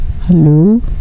Hello